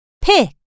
pick